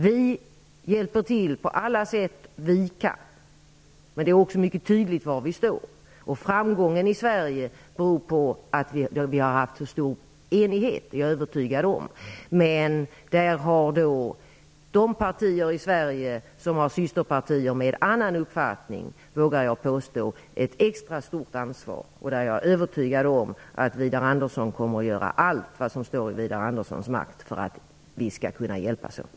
Vi hjälper till på alla sätt vi kan, och det är också mycket tydligt var vi står. Jag är övertygad om att framgången i Sverige beror på att det har rått så stor enighet. Jag vågar påstå att de partier i Sverige som har systerpartier med annan uppfattning har ett extra stort ansvar. Jag är övertygad om att Widar Andersson kommer att göra allt som står i hans makt för att vi skall kunna hjälpas åt.